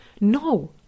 No